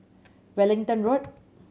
Wellington Road